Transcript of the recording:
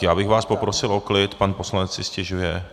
Já bych vás poprosil o klid, pan poslanec si stěžuje.